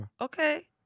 Okay